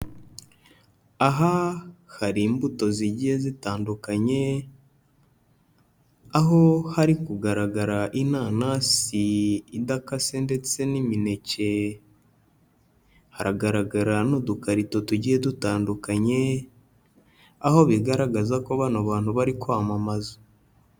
Aha hari imbuto zigiye zitandukanye aho hari kugaragara inanasi idakase ndetse n'imineke, haragaragara n'udukarito tugiye dutandukanye aho bigaragaza ko bano bantu bari kwamamaza.